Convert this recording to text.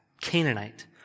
Canaanite